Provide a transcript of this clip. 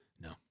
No